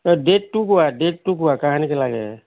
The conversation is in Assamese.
অঁ ডেটটো কোৱা ডেটটো কোৱা কাহানিকে লাগে